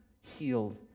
healed